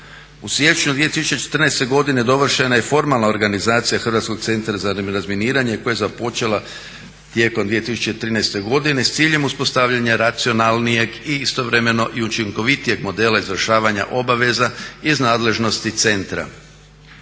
U siječnju 2014.godine dovršena je formalna organizacija Hrvatskog centra za razminiranje koje je započelo tijekom 2013.godine s ciljem uspostavljanjem racionalnijeg i istovremeno i učinkovitijeg modela izvršavanja obaveza iz nadležnosti centra.